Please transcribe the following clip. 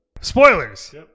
Spoilers